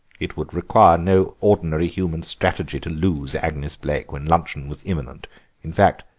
it would require no ordinary human strategy to lose agnes blaik when luncheon was imminent in fact,